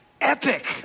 epic